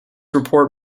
report